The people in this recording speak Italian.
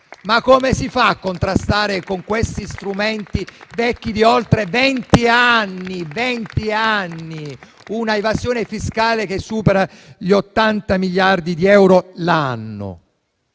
Come si fa a contrastare con questi strumenti vecchi di oltre vent'anni una evasione fiscale che supera gli 80 miliardi di euro l'anno?